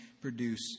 produce